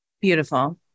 Beautiful